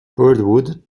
birdwood